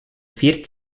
vier